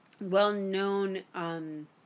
well-known